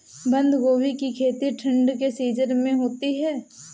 बंद गोभी की खेती ठंड के सीजन में होती है